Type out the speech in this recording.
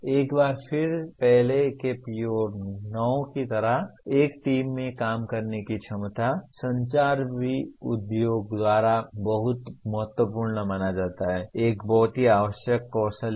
एक बार फिर पहले के PO9 की तरह एक टीम में काम करने की क्षमता संचार भी उद्योग द्वारा बहुत महत्वपूर्ण माना जाता है एक बहुत ही आवश्यक कौशल है